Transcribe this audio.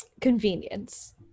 convenience